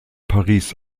paris